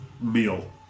meal